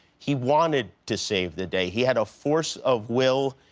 he wanted to save the day. he had a force of will.